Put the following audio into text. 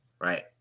right